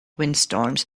windstorms